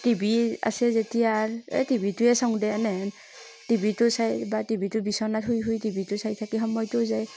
TV আছে যেতিয়া আৰ এই টিভিটোৱে চাওঁ দে এনেহেন টিভিটো চাই বা টিভিটো বিচনাত শুই শুই টিভিটো চাই থাকি সময়টো যায়